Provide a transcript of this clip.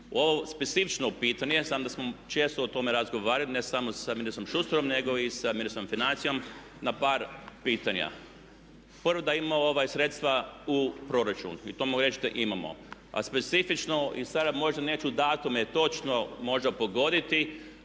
Ovo specifično pitanje, znam da smo često o tome razgovarali, ne samo sa ministrom Šustarom, nego i sa ministrom financija na par pitanja. …/Govornik se ne razumije./… sredstva u proračun. I to …/Govornik se ne razumije./… imamo. A specifično, i sada možda neću datume točno možda pogoditi